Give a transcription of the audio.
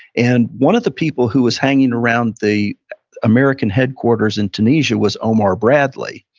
and one of the people who was hanging around the american headquarters in tunisia was omar bradley.